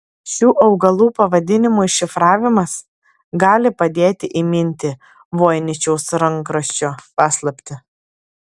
šių augalų pavadinimų iššifravimas gali padėti įminti voiničiaus rankraščio paslaptį